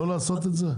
לא לעשות את זה?